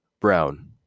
Brown